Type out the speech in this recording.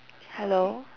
hello